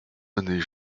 années